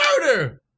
murder